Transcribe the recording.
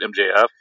MJF